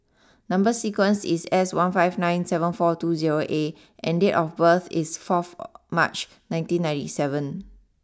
number sequence is S one five nine seven four two zero A and date of birth is fourth March nineteen ninety seven